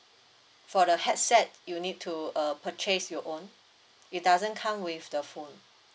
for the headset you need to uh purchase your own it doesn't come with the phone